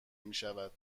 میشود